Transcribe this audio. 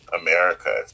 America